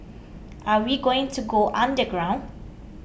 are we going to go underground